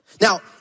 Now